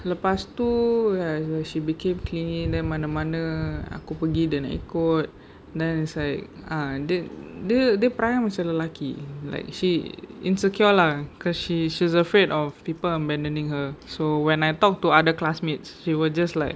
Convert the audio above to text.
lepas tu she became clingy then mana-mana aku pergi dia nak ikut then it's like ah dia dia perangai macam lelaki like she insecure lah because she she's afraid of people abandoning her so when I talk to other classmates she will just like